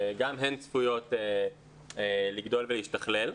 גם הן צפויות לגדול ולהשתכלל.